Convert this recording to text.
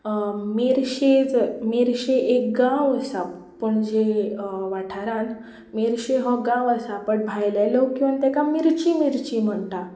मेर्शे मेर्शे एक गांव आसा पणजे वाठारांत मेर्शे हो गांव आसा बट भायले लोक येवन तेका मिर्ची मिर्ची म्हणटा